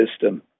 system